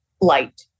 Light